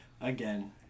Again